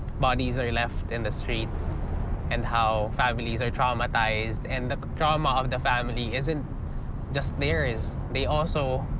bodies are left in the streets and how families are traumatized. and the trauma of the family isn't just theirs. they also,